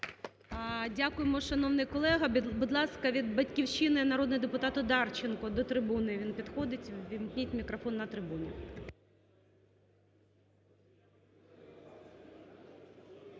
Дякуємо, шановний колего. Будь ласка, від "Батьківщини" народний депутат Одарченко. До трибуни він підходить, увімкніть мікрофон на трибуні.